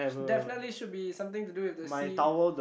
definitely should be something to do with the sea